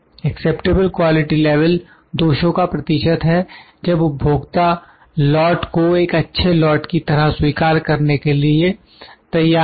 acceptable quality level दोषों का प्रतिशत है जब उपभोक्ता लॉट को एक अच्छे लॉट की तरह स्वीकार करने के लिए तैयार हैं